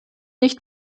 nicht